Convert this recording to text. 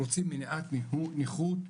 רוצים מניעת זיהומים, רוצים מניעת נכות,